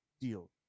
deal